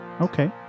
Okay